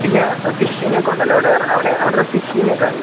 പിന്നെ ഫിഷിങ് ഒക്കെ ഉണ്ടല്ലോ അവിടെ അവിടെ അവിടെ ഫിഷിങ് ഒക്കെ